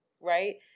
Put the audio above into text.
Right